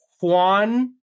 Juan